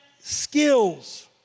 skills